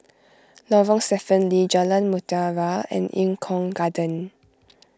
Lorong Stephen Lee Jalan Mutiara and Eng Kong Garden